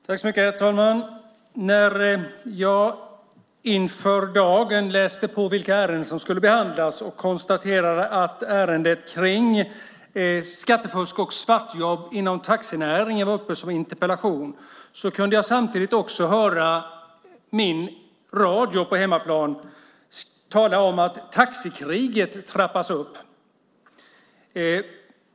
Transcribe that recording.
Herr talman! När jag inför dagen läste på vilka ärenden som skulle behandlas konstaterade jag att ärendet om skattefusk och svartjobb inom taxinäringen var uppe i en interpellation. Samtidigt kunde jag höra radion på hemmaplan tala om att taxikriget trappas upp.